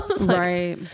right